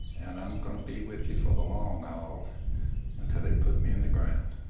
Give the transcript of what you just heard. and i'm gonna be with ya for the long haul until they put me in the ground.